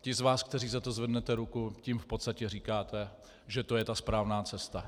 Ti z vás, kteří za to zvednete ruku, tím v podstatě říkáte, že to je ta správná cesta.